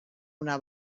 una